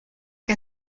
que